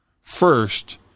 first